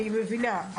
אני מבינה.